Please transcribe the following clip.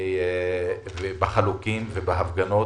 בחלוקים ובהפגנות: